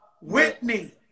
Whitney